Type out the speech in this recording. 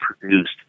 produced